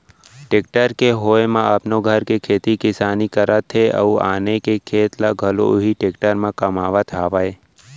tractor के होय म अपनो घर के खेती किसानी करत हें अउ आने के खेत ल घलौ उही टेक्टर म कमावत हावयँ